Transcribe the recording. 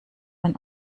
man